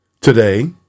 today